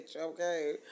Okay